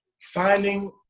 finding